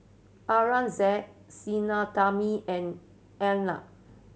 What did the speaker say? Aurangzeb Sinnathamby and Arnab